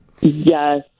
Yes